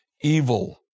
Evil